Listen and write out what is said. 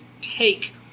take